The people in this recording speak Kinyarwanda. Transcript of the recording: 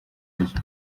ryo